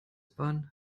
bahn